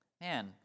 Man